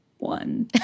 One